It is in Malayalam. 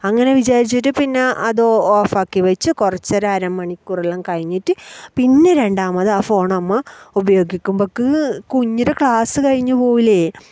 അങ്ങനെ വിചാരിച്ചിട്ട് പിന്നെ അത് ഓഫ് ആക്കി വെച്ച് കുറച്ച് ഒരു അര മണിക്കൂറെല്ലാം കഴിഞ്ഞിട്ട് പിന്നെ രണ്ടാമത് ആ ഫോൺ നമ്മൾ ഉപയോഗിക്കുമ്പോഴേക്ക് കുഞ്ഞിയുടെ ക്ലാസ് കഴിഞ്ഞുപോവില്ലേ